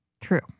True